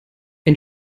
ein